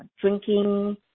drinking